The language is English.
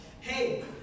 hey